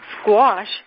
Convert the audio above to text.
squash